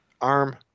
ARM